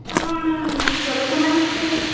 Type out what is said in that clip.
ଆପଣ ସ୍ୱରୂପ କୁମାର ମିଶ୍ର କହୁଛନ୍ତି